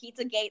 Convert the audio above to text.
PizzaGate